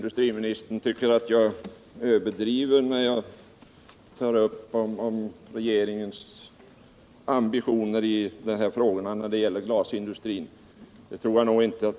Herr talman!